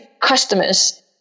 customers